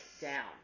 down